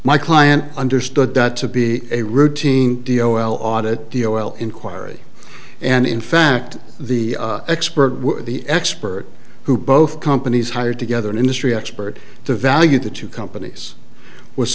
my client understood that to be a routine d o audit the o l inquiry and in fact the expert the expert who both companies hired together an industry expert to value the two companies was